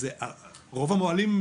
רוב המוהלים,